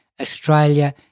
Australia